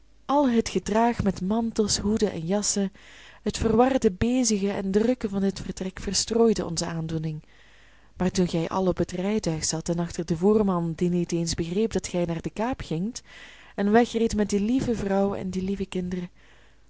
al het gedraag met mantels hoeden en jassen het verwarde bezige en drukke van dit vertrek verstrooide onze aandoening maar toen gij allen op het rijtuig zat en achter den voerman die niet eens begreep dat gij naar de kaap gingt en wegreedt met die lieve vrouw en die lieve kinderen toen